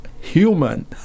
human